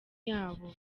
yabo